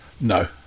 No